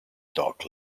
dog